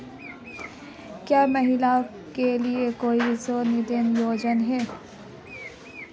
क्या महिलाओं के लिए कोई विशेष निवेश योजना है?